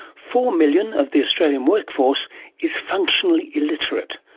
four million of the australian workforce is functionally illiterate.